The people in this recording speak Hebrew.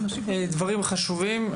דברים חשובים.